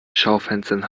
schaufenstern